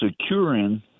securing